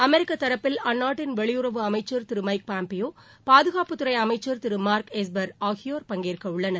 அமெரிக்க தரப்பில் அந்நாட்டின் வெளியுறவு அமைச்சர் திரு மைக் பாம்பியோ பாதுகாப்புத்துறை அமைச்சர் திரு மார்க் எஸ்பர் ஆகியோர் பங்கேற்கவுள்ளனர்